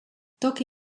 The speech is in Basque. toki